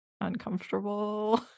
uncomfortable